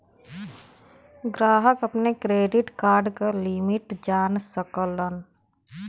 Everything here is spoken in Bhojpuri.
ग्राहक अपने क्रेडिट कार्ड क लिमिट जान सकलन